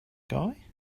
guy